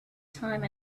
time